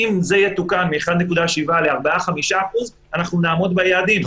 אם זה יתוקן מ-1.7% ל-4%-5%, אנחנו נעמוד ביעדים.